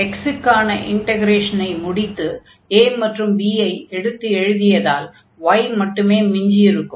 x க்கான integration முடிந்து a மற்றும் b ஐ எடுத்து எழுதுதியதால் y மட்டுமே எஞ்சியிருக்கும்